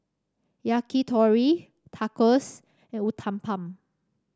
Yakitori Tacos and Uthapam